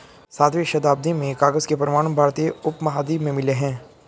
सातवीं शताब्दी में कागज के प्रमाण भारतीय उपमहाद्वीप में मिले हैं